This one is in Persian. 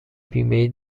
بیمهای